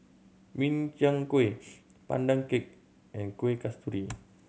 Min Chiang Kueh Pandan Cake and Kueh Kasturi